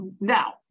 now